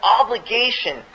obligation